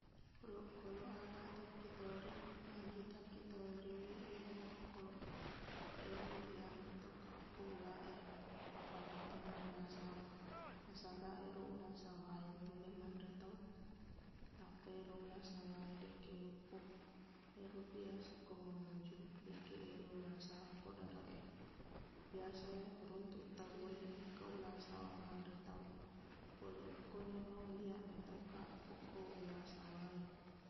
Olokkolok aga takkitori magi takkitoriwi ero olokkolok e ero iyaq mitaukaq ko ulaq e apalaginna ulaq sawah nasabaq ero ulaq sawah e nulle manre tau nappa ero ulaq sawah e dekke loppo ero biasa ko mamuju dekke ega ulaq sawah ko dareq e biasa runtuk tauwe engka ulaq sawah manre tau pole okkoniro iyaq mitaukkaq okko ulaq sawah e